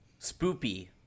Spoopy